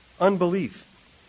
unbelief